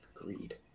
Agreed